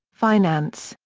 finance,